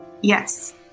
Yes